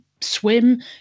swim